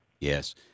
Yes